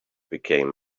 became